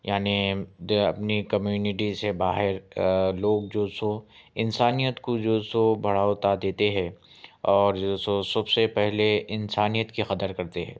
یعنی دے اپنی کمیونٹی سے باہر لوگ جو سو انسانیت کو جو سو بڑھوتا دیتے ہے اور جو سو سب سے پہلے انسانیت کی قدر کرتے ہیں